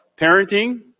Parenting